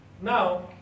now